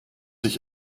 ich